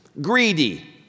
greedy